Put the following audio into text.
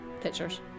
pictures